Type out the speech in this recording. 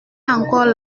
encore